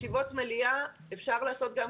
ישיבות מליאה אפשר לעשות ב-זום.